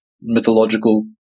mythological